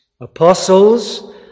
apostles